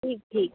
ठीक ठीक